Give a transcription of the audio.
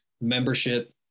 membership